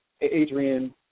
Adrian